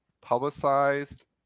publicized